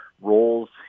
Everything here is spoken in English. roles